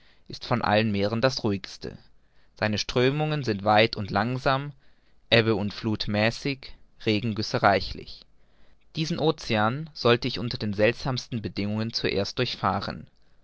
ist von allen meeren das ruhigste seine strömungen sind weit und langsam ebbe und fluth mäßig regengüsse reichlich diesen ocean sollte ich unter den seltsamsten bedingungen zuerst durchfahren